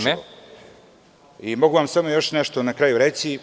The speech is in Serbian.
Mogu vam samo još nešto na kraju reći.